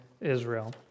Israel